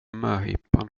möhippan